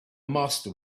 master